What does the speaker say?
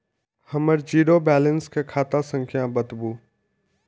हमर zero balance के खाता संख्या बतबु?